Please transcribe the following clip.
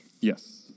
Yes